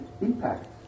impact